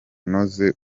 unoze